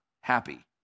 happy